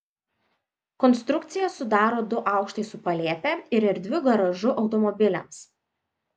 konstrukciją sudaro du aukštai su palėpe ir erdviu garažu automobiliams